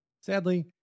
Sadly